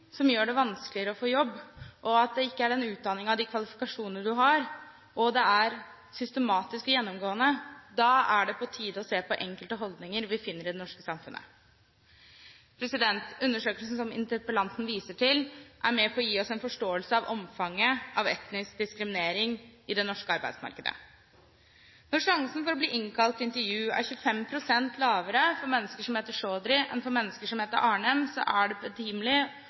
som gjør det vanskeligere å få jobb, og ikke den utdanningen og de kvalifikasjonene du har, og når dette er systematisk og gjennomgående, er det på tide å se på enkelte holdninger som vi finner i det norske samfunnet. Undersøkelsen som interpellanten viser til, er med på å gi oss en forståelse av omfanget av etnisk diskriminering i det norske arbeidsmarkedet. Når sjansen for å bli innkalt til intervju er 25 pst. lavere for mennesker som heter Chaudhry enn for mennesker som heter Arnem, er det betimelig